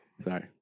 sorry